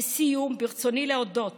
לסיום, ברצוני להודות